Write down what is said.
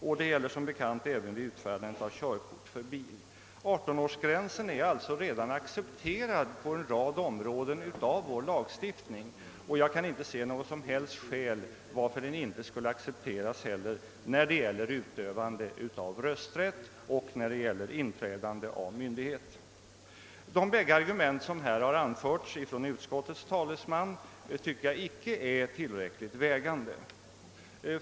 Detsamma gäller som bekant för utfärdande av körkort för bil. 18-årsgränsen är alltså redan accepterad på en rad områden av vår lagstiftning. Jag kan inte se något som helst skäl för att den inte skulle accepteras också när det gäller utövande av rösträtt och inträdande av myndighetsålder. De bägge argument som här anförts av utskottets talesman är enligt min mening icke tillräckligt vägande.